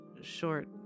short